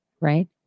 right